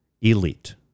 elite